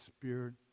Spirit